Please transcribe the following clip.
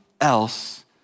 else